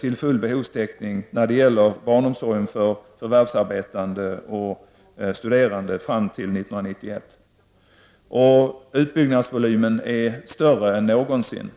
till full behovstäckning när det gäller barnomsorgen för barn till förvärvsarbetande och studerande fram till 1991. Utbyggnadsvolymen är större än någonsin.